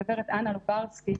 הגברת אנה לוברסקי,